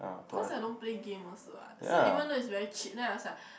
cause I don't play game also what so even though it's very cheap then I was like